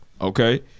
Okay